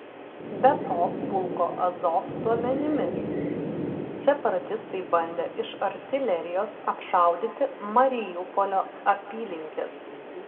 be to pulko azov duomenimis separatistai bandė iš artilerijos apšaudyti mariupolio apylinkes